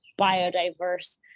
biodiverse